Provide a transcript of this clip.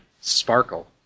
Sparkle